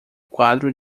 quadro